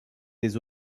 des